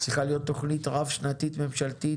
צריכה להיות תוכנית רב שנתית ממשלתית,